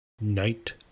Night